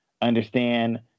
understand